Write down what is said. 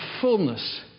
fullness